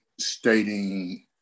stating